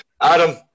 Adam